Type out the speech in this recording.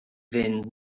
fynd